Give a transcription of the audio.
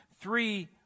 three